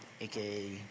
aka